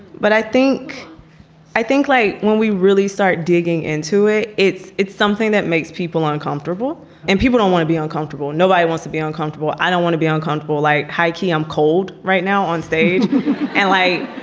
but i think i think like when we really start digging into it, it's it's something that makes people uncomfortable and people don't want to be uncomfortable. nobody wants to be uncomfortable. i don't want to be uncomfortable like hiking. i'm cold right now on stage and light.